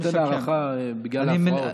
אני נותן הארכה בגלל ההפרעות,